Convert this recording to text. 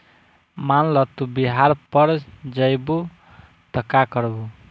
मान ल तू बिहार पड़ जइबू त का करबू